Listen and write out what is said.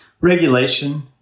Regulation